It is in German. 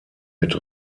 mit